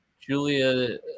Julia